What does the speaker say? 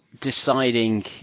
deciding